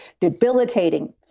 debilitating